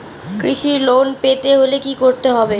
কৃষি লোন পেতে হলে কি করতে হবে?